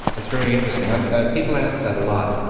that's very interesting, people ask that a lot.